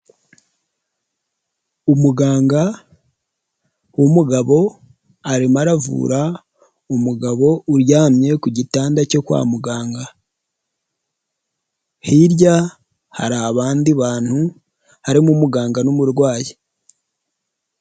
Umuganga w'umugabo arimo aravura umugabo uryamye ku gitanda cyo kwa muganga, hirya hari abandi bantu harimo umuganga n'umurwayi.